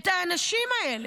את האנשים אלה.